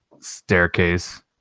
staircase